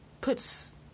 puts